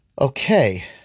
Okay